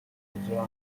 journalists